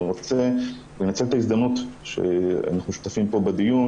אני רוצה לנצל את ההזדמנות שאנחנו שותפים פה בדיון